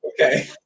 Okay